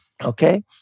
Okay